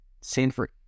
Sanford